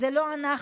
'זה לא אנחנו',